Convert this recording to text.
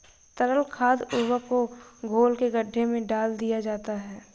तरल खाद उर्वरक को घोल के गड्ढे में डाल दिया जाता है